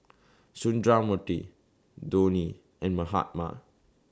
Sundramoorthy Dhoni and Mahatma